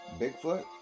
Bigfoot